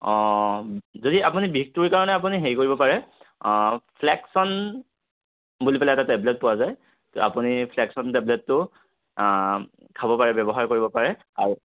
অঁ যদি আপুনি বিষটোৰ কাৰণে আপুনি হেৰি কৰিব পাৰে ফ্লেকচন বুলি পেলাই এটা টেবলেট পোৱা যায় আপুনি ফ্লেকচন টেবলেটটো খাব পাৰে ব্যৱহাৰ কৰিব পাৰে আৰু